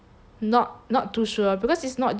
not not too sure because it's not just like